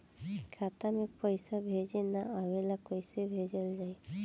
खाता में पईसा भेजे ना आवेला कईसे भेजल जाई?